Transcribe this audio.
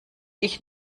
ich